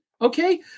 Okay